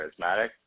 charismatic